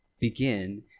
begin